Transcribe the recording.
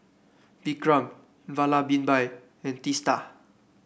Vikram Vallabhbhai and Teesta